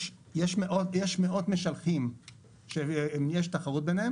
יש מאות משלחים שיש תחרות ביניהם.